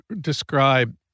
describe